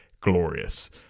Glorious